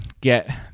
get